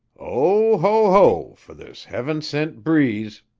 o ho ho for this heaven-sent breeze,